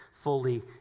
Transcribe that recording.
fully